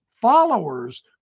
followers